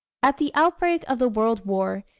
at the outbreak of the world war,